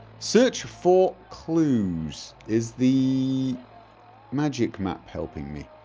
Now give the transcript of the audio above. search for clues is the magic map helping me?